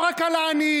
לא רק על העניים.